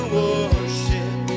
worship